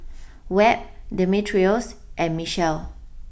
Webb Demetrios and Mechelle